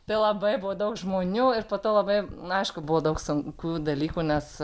tai labai buvo daug žmonių ir po to labai aišku buvo daug sunku dalykų nes